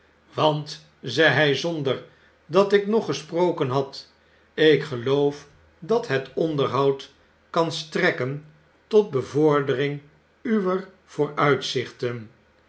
want zei hy zonder dat ik nog gesproken had ik geloof dat het onderhoud kan strekken tot bevordering uwer vooruitzichten